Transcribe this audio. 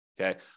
Okay